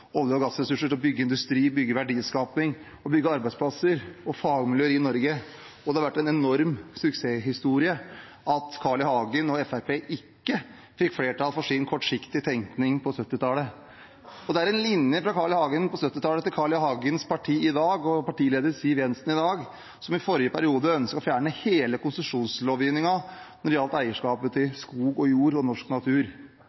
olje- og gassressurser til å bygge industri, skape verdier og bygge arbeidsplasser og fagmiljøer i Norge. Det har vært en enorm suksesshistorie at Carl I. Hagen og Fremskrittspartiet ikke fikk flertall for sin kortsiktige tenkning på 1970-tallet. Det er en linje fra Carl I. Hagen på 1970-tallet til Carl I. Hagens parti og partileder Siv Jensen i dag, som i forrige periode ønsket å fjerne hele konsesjonslovgivningen når det gjaldt eierskapet